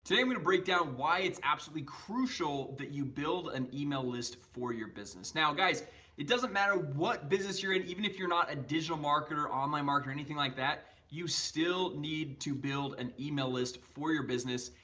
today i'm gonna break down why it's absolutely crucial that you build an email list for your business now guys it doesn't matter what business you're in even if you're not a digital marketer online market or anything like that you still need to build an email list for your business?